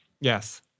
Yes